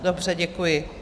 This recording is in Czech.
Dobře, děkuji.